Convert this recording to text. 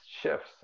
shifts